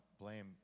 blame